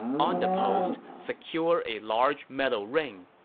on the post, secure a large metal ring.